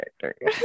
character